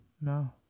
no